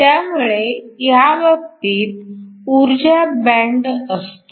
त्यामुळे त्या बाबतीत ऊर्जा बँड असतो